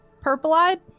purple-eyed